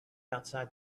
outside